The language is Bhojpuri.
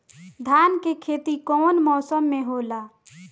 धान के खेती कवन मौसम में होला?